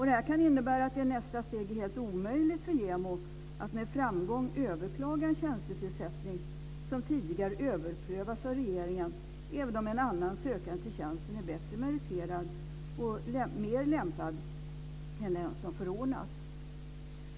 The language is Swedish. Det kan innebära att det i nästa steg är helt omöjligt för JämO att med framgång överklaga en tjänstetillsättning som tidigare överprövats av regeringen även om en annan sökande till tjänsten är bättre meriterad och mer lämpad än den som förordnats.